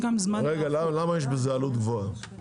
למה יש בזה עלות גבוהה?